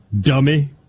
dummy